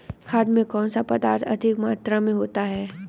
खाद में कौन सा पदार्थ अधिक मात्रा में होता है?